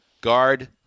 Guard